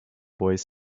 boys